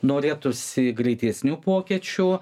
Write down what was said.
norėtųsi greitesnių pokyčių